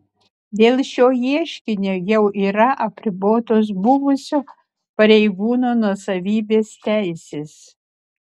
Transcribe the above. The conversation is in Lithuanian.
dėl šio ieškinio jau yra apribotos buvusio pareigūno nuosavybės teisės